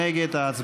מאה אחוז.